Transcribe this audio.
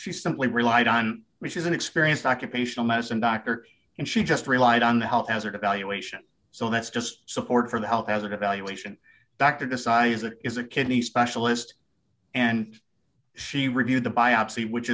she simply relied on which is an experienced occupational medicine doctor and she just relied on the health hazard evaluation so that's just support for the help as an evaluation doctor decides that is a kidney specialist and she reviewed the biopsy which